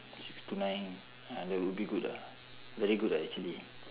six to nine ah that would be good lah very good ah actually